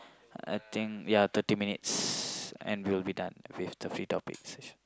I think ya thirty minutes and we'll be done with the free topic session